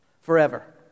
forever